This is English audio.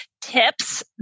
tips